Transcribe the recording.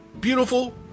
Beautiful